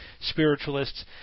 spiritualists